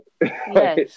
Yes